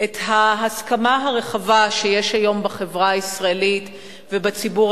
את ההסכמה הרחבה שיש היום בחברה הישראלית ובציבור